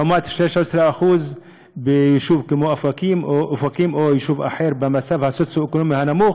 לעומת 16% ביישוב כמו אופקים או יישוב אחר במצב סוציו-אקונומי נמוך,